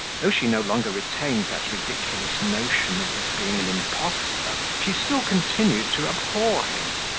though she no longer retained that ridiculous notion of his being an impostor, she still continued to abhor him,